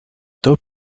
top